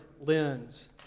lens